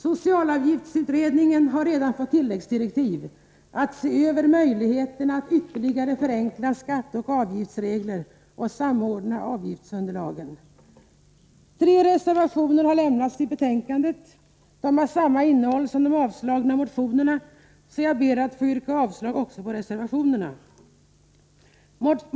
Socialavgiftsutredningen har redan fått tilläggsdirektiv att se över möjligheterna att ytterligare förenkla skatteoch avgiftsregler och samordna avgiftsunderlagen. Tre reservationer har lämnats till betänkandet. De har samma innehåll som de avstyrkta motionerna, varför jag ber att få yrka avslag på reservationerna.